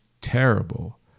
terrible